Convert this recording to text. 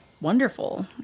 wonderful